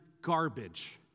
garbage